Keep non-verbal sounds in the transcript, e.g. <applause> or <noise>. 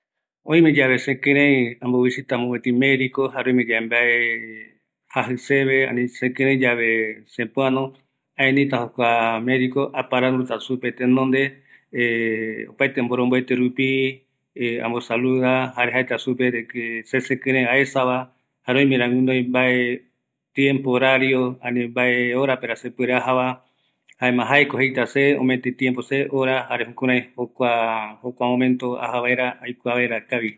﻿Oïme yave sekirei ambovisita mopeti mediko, jare oimeyave mbae jaji seve, ani sekirei yave sepoano, aeniita jokua mediko, aparanduta supe tenonde <hesitation> opaete mboromboete rupi <hesitation> ambosaluda jare jaeta supe de que se sekirei aesava, jare oimera guinoi jae tiempo, horario, ani mbae horapera se puere ajava jaema jaeko jeita se, ometa itiempo se, hora jare jukurai, jkokua, jokua momento aja v aera aikua vaera kavi